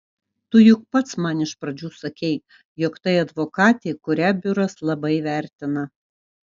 tu juk pats man iš pradžių sakei jog tai advokatė kurią biuras labai vertina